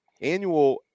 annual